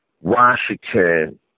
Washington